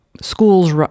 schools